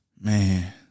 Man